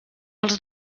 els